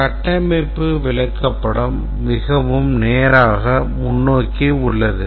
கட்டமைப்பு விளக்கப்படம் மிகவும் நேராக முன்னோக்கி உள்ளது